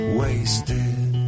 wasted